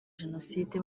jenoside